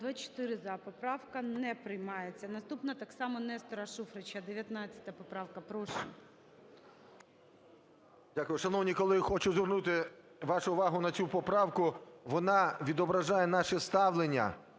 За-24 Поправка не приймається. Наступна - так само Нестора Шуфрича, 19 поправка. Прошу. 13:19:21 ШУФРИЧ Н.І. Дякую. Шановні колеги, хочу звернути вашу увагу на цю поправку, вона відображає наше ставлення